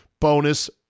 bonus